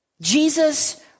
Jesus